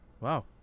Wow